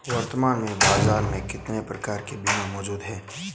वर्तमान में बाज़ार में कितने प्रकार के बीमा मौजूद हैं?